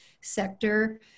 sector